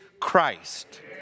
Christ